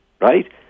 Right